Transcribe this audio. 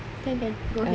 can can go ahead